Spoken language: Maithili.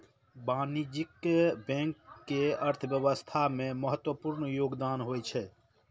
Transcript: वाणिज्यिक बैंक के अर्थव्यवस्था मे महत्वपूर्ण योगदान होइ छै